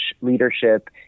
leadership